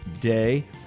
day